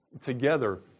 together